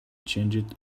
changed